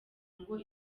ngo